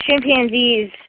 chimpanzees